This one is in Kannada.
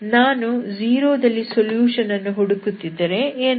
ನಾನು 0 ದಲ್ಲಿ ಸೊಲ್ಯೂಷನ್ ಅನ್ನು ಹುಡುಕುತ್ತಿದ್ದರೆ ಏನಾಗುತ್ತದೆ